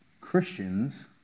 Christians